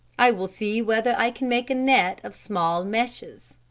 i will see whether i can make a net of small meshes.